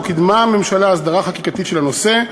לא קידמה הממשלה הסדרה חקיקתית של הנושא,